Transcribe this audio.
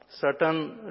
certain